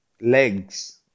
legs